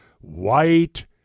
white